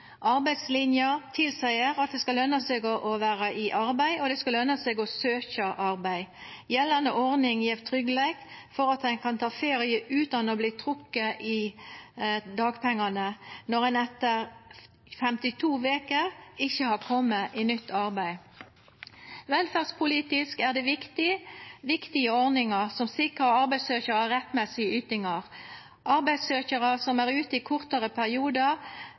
Arbeidslinja tilseier at det skal løna seg å vera i arbeid, og det skal løna seg å søkja arbeid. Gjeldande ordning gjev tryggleik for at ein kan ta ferie utan å verta trekt i dagpengane når ein etter 52 veker ikkje har kome i nytt arbeid. Velferdspolitisk er det viktige ordningar som sikrar arbeidssøkjarar rettmessige ytingar. Arbeidssøkjarar som er ute i kortare periodar,